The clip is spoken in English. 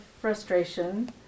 frustration